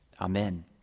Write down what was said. Amen